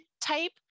type